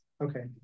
Okay